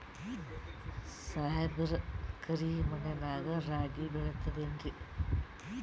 ಸಾಹೇಬ್ರ, ಕರಿ ಮಣ್ ನಾಗ ರಾಗಿ ಬೆಳಿತದೇನ್ರಿ?